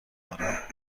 دارم